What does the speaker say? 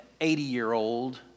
80-year-old